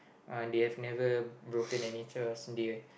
uh they have never broken any trust they have